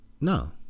No